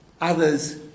others